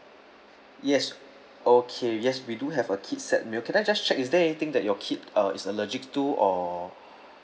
yes okay yes we do have a kid set meal can I just check is there anything that your kid uh is allergic to or